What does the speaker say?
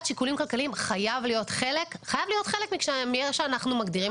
שיקולים כלכליים חייב להיות חלק מאיך שאנחנו מגדירים.